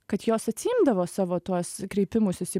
kad jos atsiimdavo savo tuos kreipimusis į